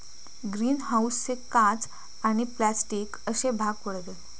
green हाऊसचे काच आणि प्लास्टिक अश्ये भाग पडतत